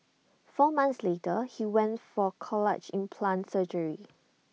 four months later he went for cochlear implant surgery